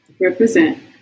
Represent